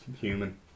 human